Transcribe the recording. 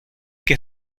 que